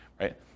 right